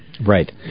Right